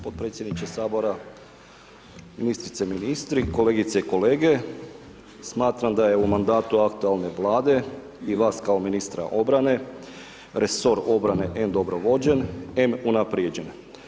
Potpredsjedniče Sabora, ministrice, ministri, kolegice, kolege, smatram da je u mandatu aktualne Vlade i vas kao ministra obrane, resor obrane em dobro vođen, em unaprijeđen.